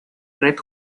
red